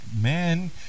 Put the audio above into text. man